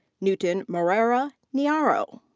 newton morara nyairo.